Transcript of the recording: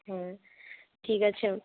হ্যাঁ ঠিক আছে